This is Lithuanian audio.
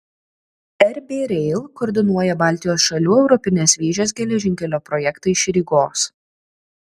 rb rail koordinuoja baltijos šalių europinės vėžės geležinkelio projektą iš rygos